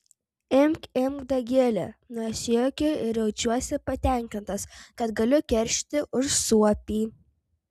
imk imk dagili nusijuokiu ir jaučiuosi patenkintas kad galiu keršyti už suopį